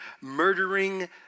murdering